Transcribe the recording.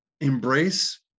embrace